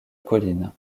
colline